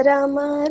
Rama